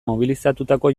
mobilizatutako